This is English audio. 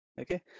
Okay